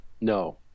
No